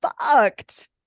fucked